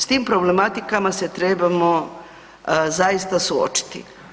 S tim problematikama se trebamo zaista suočiti.